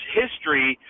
history